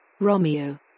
Romeo